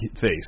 face